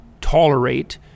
tolerate